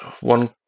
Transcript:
one